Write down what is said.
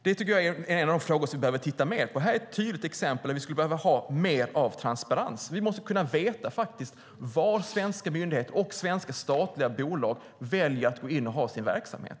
Det tycker jag är en av de frågor som vi behöver titta mer på. Här är ett tydligt exempel där vi skulle behöva ha mer transparens. Vi måste kunna veta var svenska myndigheter och svenska statliga bolag väljer att gå in och ha sin verksamhet.